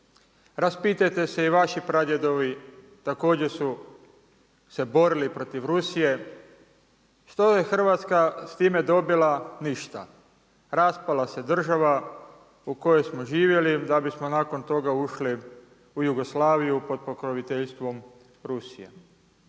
Raspitajte se i vaši pradjedovi također su se borili protiv Rusije. Što je Hrvatska s time dobila? Ništa, raspala se država u kojoj smo živjeli da bismo nakon toga ušli u Jugoslaviju pod pokroviteljstvom Rusije.